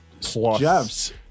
Jeff's